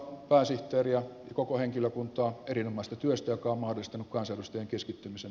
pääsihteeri on koko henkilökunta on kermasta työstökamaristen kansallisten keskittymisen